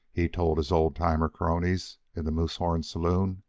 he told his old-timer cronies in the moosehorn saloon.